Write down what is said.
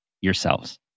yourselves